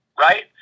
right